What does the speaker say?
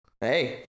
hey